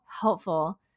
helpful